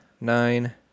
nine